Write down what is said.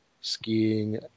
skiing